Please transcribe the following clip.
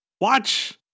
watch